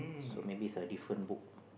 so maybe it's a different book